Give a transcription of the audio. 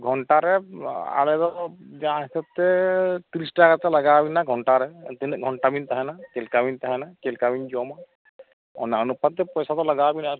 ᱜᱷᱚᱱᱴᱟᱨᱮ ᱟᱞᱮ ᱫᱚ ᱡᱟ ᱦᱤᱥᱟᱹᱵᱛᱮ ᱛᱤᱨᱤᱥ ᱴᱟᱠᱟ ᱠᱟᱛᱮᱜ ᱞᱟᱜᱟᱣ ᱵᱮᱱᱟ ᱜᱷᱚᱱᱴᱟᱨᱮ ᱛᱤᱱᱟᱹᱜ ᱜᱷᱚᱱᱴᱟ ᱵᱮᱱ ᱛᱟᱦᱮᱱᱟ ᱪᱮᱫ ᱞᱮᱠᱟ ᱵᱮᱱ ᱛᱟᱦᱮᱱᱟ ᱪᱮᱫ ᱠᱟ ᱵᱤᱱ ᱡᱚᱢᱟ ᱚᱱᱟ ᱚᱱᱩᱯᱟᱛᱛᱮ ᱯᱚᱭᱥᱟ ᱫᱚ ᱞᱟᱜᱟᱣ ᱵᱤᱱᱟ ᱟᱨᱠᱤ